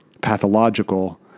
pathological